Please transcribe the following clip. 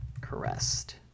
Caressed